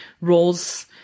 roles